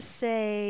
say